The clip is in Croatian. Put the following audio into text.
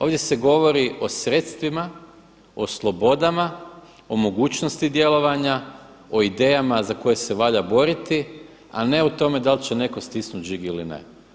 Ovdje se govori o sredstvima, o slobodama, o mogućnosti djelovanja, o idejama za koje se valja boriti, a ne o tome da li će netko stisnuti žig ili ne.